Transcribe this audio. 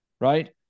Right